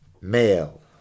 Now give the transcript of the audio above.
male